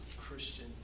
Christian